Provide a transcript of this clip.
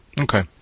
Okay